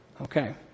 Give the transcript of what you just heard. Okay